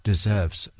Deserves